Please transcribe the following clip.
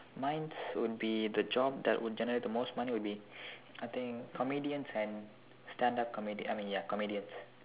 mine's would be the job that would generate the most money would be I think comedians and stand up comedians I mean ya comedians